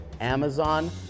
Amazon